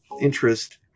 interest